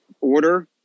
order